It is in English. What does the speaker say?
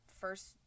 first –